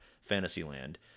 Fantasyland